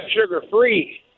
sugar-free